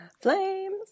Flames